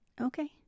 Okay